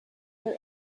air